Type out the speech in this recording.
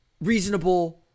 reasonable